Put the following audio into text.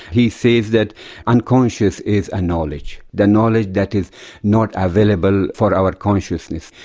he says that unconscious is a knowledge. the knowledge that is not available for our consciousness.